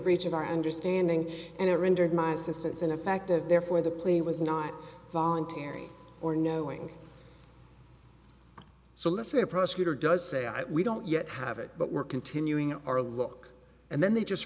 breach of our understanding and it rendered my assistance and effective therefore the plea was not voluntary or knowing so let's say a prosecutor does say i we don't yet have it but we're continuing our look and then they just